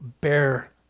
bear